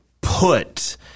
put